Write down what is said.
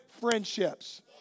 friendships